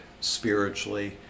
spiritually